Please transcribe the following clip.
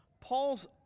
Paul's